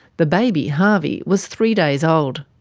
the baby, harvey, was three days old.